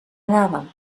anàvem